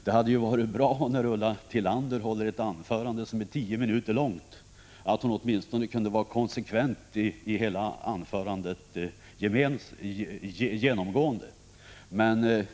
Det hade varit bra om Ulla Tillander, när hon höll ett tio minuter långt anförande, genomgående varit konsekvent i hela anförandet.